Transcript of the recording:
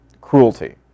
cruelty